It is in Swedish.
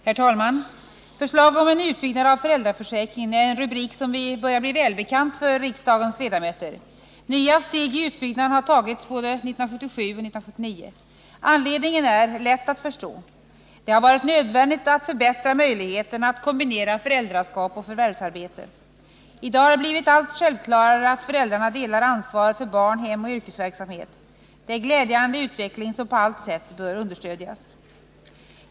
Herr talman! Förslag om en utbyggnad av föräldraförsäkringen är en rubrik som börjar bli välbekant för riksdagens ledamöter. Nya steg i utbyggnaden har tagits både 1977 och 1979. Anledningen är lätt att förstå. Det har varit nödvändigt att förbättra möjigheterna att kombinera föräldraskap och förvärvsarbete. I dag har det blivit allt självklarare att föräldrarna delar ansvaret för barn, hem och yrkesverksamhet. Det är en glädjande utveckling, som på allt sätt bör understödjas.